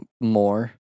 more